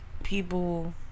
people